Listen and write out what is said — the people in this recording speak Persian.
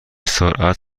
سرعت